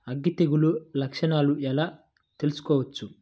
అగ్గి తెగులు లక్షణాలను ఎలా తెలుసుకోవచ్చు?